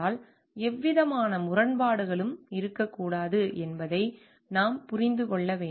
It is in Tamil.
எனவே எந்தவிதமான முரண்பாடுகளும் இருக்கக்கூடாது என்பதை நாம் புரிந்து கொள்ள வேண்டும்